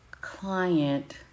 client